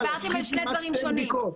אז דיברתם על שני דברים שונים.